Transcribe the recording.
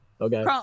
Okay